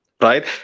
right